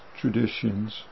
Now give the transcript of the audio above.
traditions